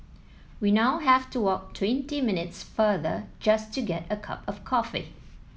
we now have to walk twenty minutes farther just to get a cup of coffee